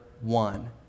one